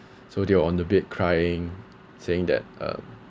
so they were on the bed crying saying that ugh